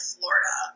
Florida